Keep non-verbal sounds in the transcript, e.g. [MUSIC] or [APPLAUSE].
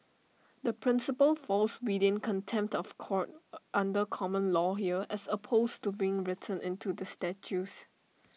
the principle falls within contempt of court [HESITATION] under common law here as opposed to being written into the statutes